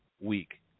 week